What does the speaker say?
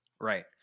Right